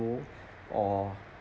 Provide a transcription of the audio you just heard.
bowl or